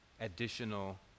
additional